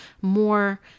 more